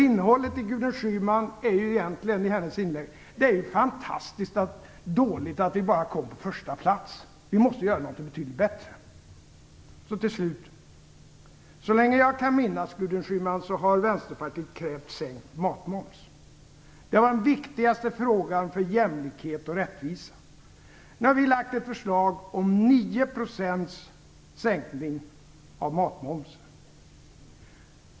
Innehållet i Gudrun Schymans inlägg är egentligen att det är fantastiskt dåligt att vi bara kom på första plats. Vi måste göra någonting betydligt bättre. Till slut: Så länge jag kan minnas, Gudrun Schyman, har Vänsterpartiet krävt sänkt matmoms. Det var den viktigaste frågan för jämlikhet och rättvisa. Nu har vi lagt fram ett förslag om 9 % sänkning av matmomsen.